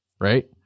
right